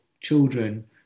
children